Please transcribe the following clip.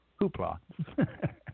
hoopla